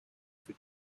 for